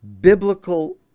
biblical